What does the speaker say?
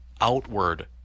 outward